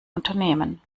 unternehmen